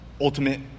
ultimate